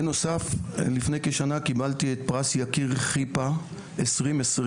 בנוסף לפני כשנה קיבלתי את פרס יקיר חיפ"א 2020,